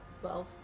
Twelve